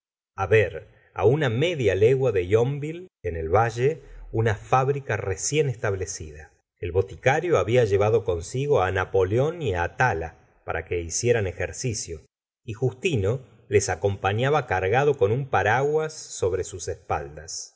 león ver una media legua de yonen el valle una fábrica recién establecida el boticario había llevado consigo napoleón y atala para que hicieran ejercicio y justino les acompanaba cargado con un paraguas sobre sus espaldas